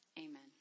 amen